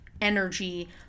energy